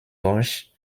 durch